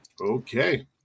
Okay